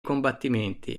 combattimenti